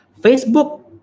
facebook